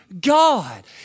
God